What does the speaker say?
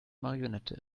marionette